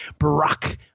Barack